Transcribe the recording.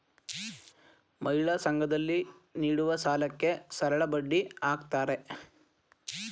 ಮಹಿಳಾ ಸಂಘ ದಲ್ಲಿ ನೀಡುವ ಸಾಲಕ್ಕೆ ಸರಳಬಡ್ಡಿ ಹಾಕ್ತಾರೆ